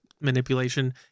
manipulation